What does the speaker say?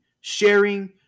sharing